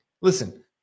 Listen